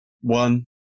One